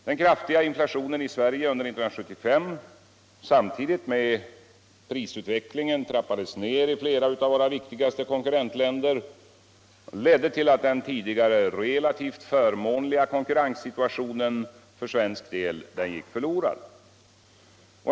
Den kraftiga inflationen i Sverige under 1975, samtidigt med att prisutvecklingen trappades ner i flera av våra viktigaste konkurrentländer, ledde till att den tidigare relativt förmånliga konkurrenssituationen för svenskt vidkommande gick förlorad.